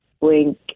wink